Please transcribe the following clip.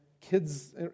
kids